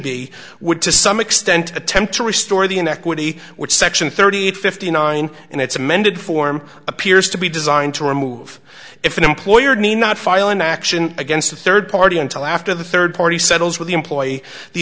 b would to some extent attempt to restore the inequity which section thirty eight fifty nine and its amended form appears to be designed to remove if an employer need not file an action against a third party until after the third party settles with the employee the